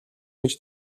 гэж